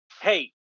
Hey